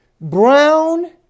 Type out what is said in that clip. brown